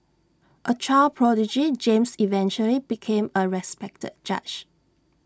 A child prodigy James eventually became A respected judge